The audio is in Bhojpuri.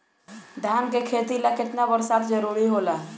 धान के खेती ला केतना बरसात जरूरी होला?